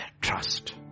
trust